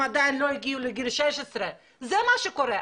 עדיין לא הגיעו לגיל 16. זה מה שקורה,